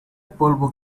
polvo